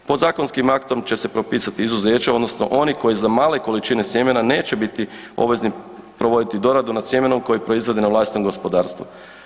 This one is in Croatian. Podzakonskim aktom će se propisat izuzeće odnosno oni koji za male količine sjemena neće biti obvezni provoditi doradu nad sjemenu koju proizvode na vlastitom gospodarstvu.